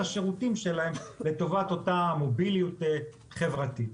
השירותים שלהן לטובת אותה מוביליות חברתית.